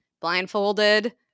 blindfolded